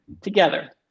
together